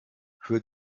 für